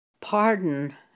Pardon